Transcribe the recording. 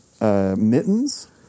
mittens